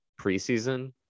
preseason